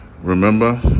Remember